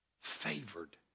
Favored